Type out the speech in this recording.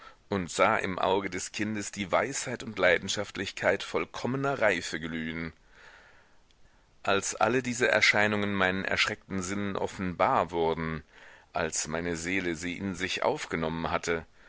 und sah im auge des kindes die weisheit und leidenschaftlichkeit vollkommener reife glühen als alle diese erscheinungen meinen erschreckten sinnen offenbar wurden als meine seele sie in sich aufgenommen hatte